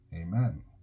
Amen